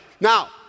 Now